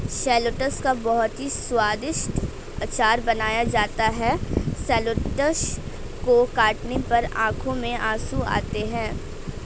shallots का बहुत ही स्वादिष्ट अचार बनाया जाता है शैलोट्स को काटने पर आंखों में आंसू आते हैं